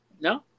no